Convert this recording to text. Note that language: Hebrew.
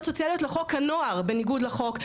סוציאליות לחוק הנוער בניגוד לחוק.